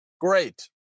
great